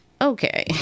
okay